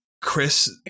Chris